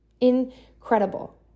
Incredible